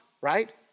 right